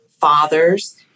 fathers